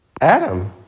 Adam